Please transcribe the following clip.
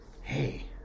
hey